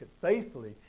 faithfully